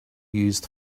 used